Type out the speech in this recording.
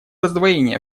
раздвоение